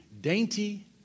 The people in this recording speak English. dainty